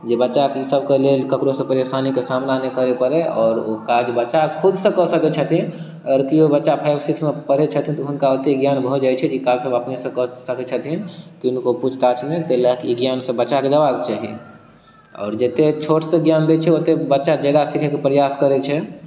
जे बच्चा के ई सब के लेल केकरो परेशानी के सामना नहि करे परे आओर ओ काज बच्चा खुद सँ कऽ सकै छथिन अगर केओ बच्चा फाइव सिक्स मे पढ़ै छथिन तऽ हुनका ओते ज्ञान भऽ जाइ छनि जे ओ काज सब अपनेसँ कऽ सकै छथिन किनको पूछताछ नहि ताहि लेल ई ज्ञान सब बच्चा के देबाके चाही आओर जते छोट सँ ज्ञान दै छै ओते बच्चा जादा सीखे के प्रयास करे छै